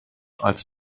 als